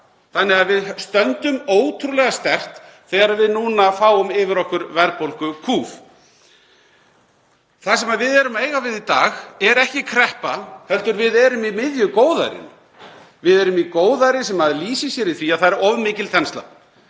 og því stöndum við ótrúlega sterkt þegar við núna fáum yfir okkur verðbólgukúf. Það sem við erum að eiga við í dag er ekki kreppa heldur erum við í miðju góðærinu. Við erum í góðæri sem lýsir sér í því að það er of mikil þensla.